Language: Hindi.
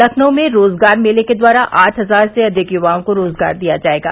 लखनऊ में रोजगार मेले के द्वारा आठ हजार से अधिक यवाओं को रोजगार दिया जायेगा